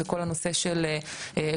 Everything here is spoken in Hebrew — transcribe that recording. זה כל הנושא של אשכולות,